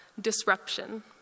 disruption